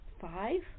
five